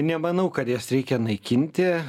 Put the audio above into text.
nemanau kad jas reikia naikinti